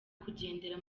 kugendera